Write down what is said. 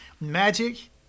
magic